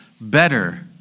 better